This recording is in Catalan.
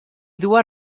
dues